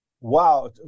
Wow